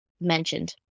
mentioned